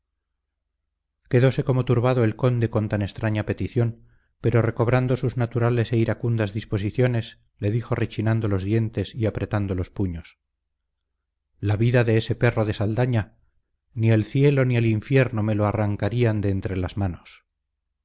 quedóse como turbado el conde con tan extraña petición pero recobrando sus naturales e iracundas disposiciones le dijo rechinando los dientes y apretando los puños la vida de ese perro de saldaña ni el cielo ni el infierno me lo arrancarían de entre las manos